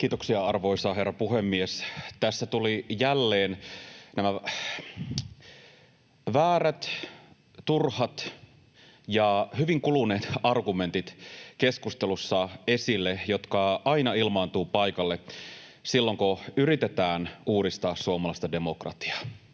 Kiitoksia, arvoisa herra puhemies! Tässä tulivat jälleen nämä väärät, turhat ja hyvin kuluneet argumentit keskustelussa esille, jotka aina ilmaantuvat paikalle silloin, kun yritetään uudistaa suomalaista demokratiaa